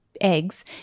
eggs